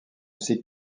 ces